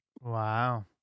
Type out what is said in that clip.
wow